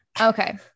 Okay